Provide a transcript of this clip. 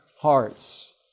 hearts